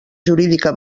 jurídica